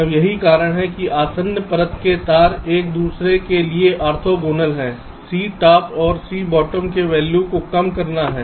अब यही कारण है कि आसन्न परत के तार एक दूसरे के लिए ऑर्थोगोनल हैं C टॉप और C बॉटम के वैल्यू को कम करना है